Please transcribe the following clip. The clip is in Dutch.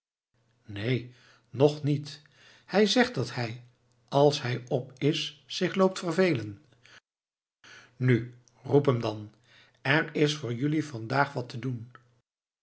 neen nog niet hij zegt dat hij als hij op is zich loopt vervelen nu roep hem dan er is voor jelui vandaag wat te doen